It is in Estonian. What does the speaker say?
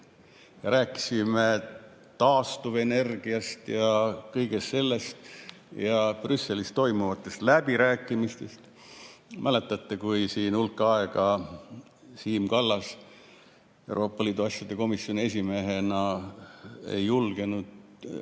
rääkisime taastuvenergiast ja kõigest sellest ja Brüsselis toimuvatest läbirääkimistest. Mäletate, kui siin hulk aega Siim Kallas Euroopa Liidu asjade komisjoni esimehena ei julgenud kalli